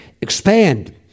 Expand